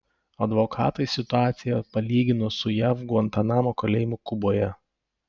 advokatai situaciją palygino su jav gvantanamo kalėjimu kuboje